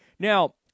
Now